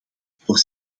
voor